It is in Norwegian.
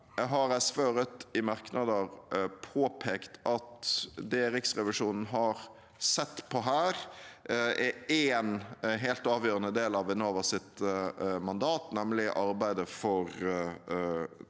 og Rødt har i merknader påpekt at det Riksrevisjonen har sett på her, er én helt avgjørende del av Enovas mandat, nemlig arbeidet for